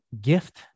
gift